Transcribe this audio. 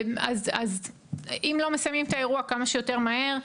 אז אם לא מסיימים את האירוע כמה שיותר מהר,